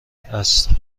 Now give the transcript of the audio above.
است